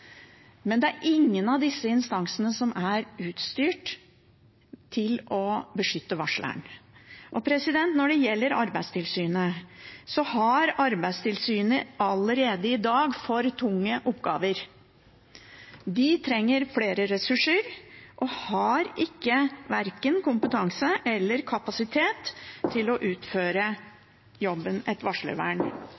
men det er ingen av disse instansene som er utstyrt til å beskytte varsleren. Når det gjelder Arbeidstilsynet, har de allerede i dag for tunge oppgaver. De trenger flere ressurser og har verken kompetanse eller kapasitet til å utføre